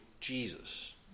Jesus